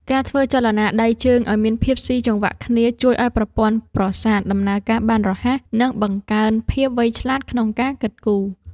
ការធ្វើចលនាដៃជើងឱ្យមានភាពស៊ីចង្វាក់គ្នាជួយឱ្យប្រព័ន្ធប្រសាទដំណើរការបានរហ័ស និងបង្កើនភាពវៃឆ្លាតក្នុងការគិតគូរ។